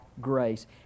grace